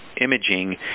Imaging